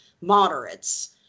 moderates